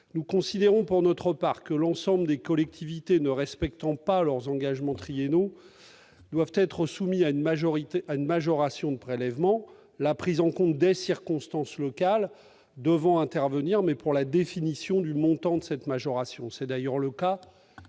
Nous considérons, pour notre part, que l'ensemble des collectivités ne respectant pas leurs engagements triennaux doivent être soumises à une majoration de prélèvement ; les circonstances locales doivent être prises en compte, mais seulement pour la définition du montant de cette majoration -c'est d'ailleurs le cas,